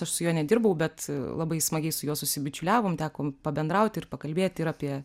aš su juo nedirbau bet labai smagiai su juo susibičiuliavom teko pabendrauti ir pakalbėti ir apie